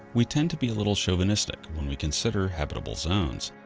we tend to be a little chauvenistic when we consider habitable zones.